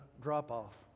drop-off